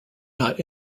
not